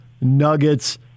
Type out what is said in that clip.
Nuggets